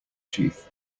sheath